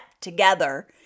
together